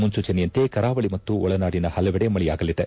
ಮುನ್ನೂಚನೆಯಂತೆ ಕರಾವಳಿ ಮತ್ತು ಒಳನಾಡಿದ ಹಲವೆಡೆ ಮಳೆಯಾಗಲಿದೆ